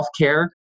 healthcare